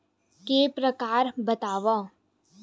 के प्रकार बतावव?